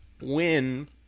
win